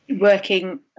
working